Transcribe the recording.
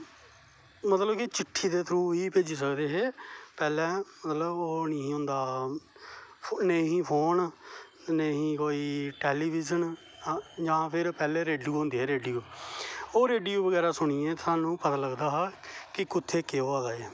मतलब कि चिट्ठी दे थ्रू ही भेजी सकदे है पेहलें मतलब ओह् नेईं हा होंदा नेई ही फोन नेईं ही कोई टेलीबिजन हा जाां फिर पैहलें रिडियो होंदे हे रेडियो ओह् रेडियो बगैरा सुनियै ते स्हानू पता लगदा हा कि कुत्थै केह् होआ दा ऐ